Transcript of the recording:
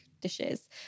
dishes